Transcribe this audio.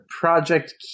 Project